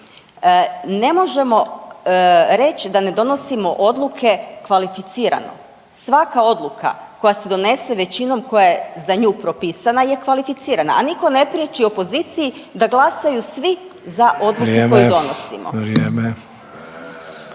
Ne možemo reći da ne donosimo odluke kvalificirano. Svaka odluka koja se donose većinom koja je za nju propisana je kvalificirana, a nitko ne priječi opoziciji da glasaju svi za odluku koju donosimo.